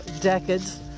decades